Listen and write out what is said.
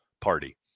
party